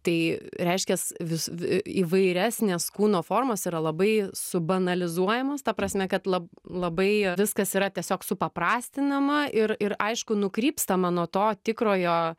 tai reiškias vis į įvairesnes kūno formos yra labai subanalizuojamos ta prasme kad labai labai viskas yra tiesiog supaprastinama ir ir aišku nukrypstama nuo to tikrojo